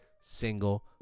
single